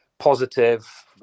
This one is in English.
Positive